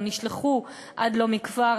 או נשלחו עד לא מכבר,